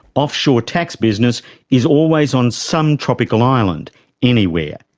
offshore tax business is always on some tropical island anywhere.